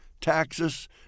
taxes